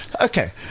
Okay